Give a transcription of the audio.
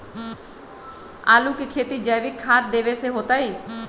आलु के खेती जैविक खाध देवे से होतई?